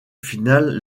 finale